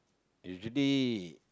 usually